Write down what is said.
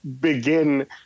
begin